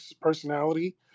personality